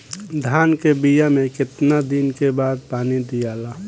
धान के बिया मे कितना दिन के बाद पानी दियाला?